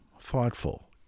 thoughtful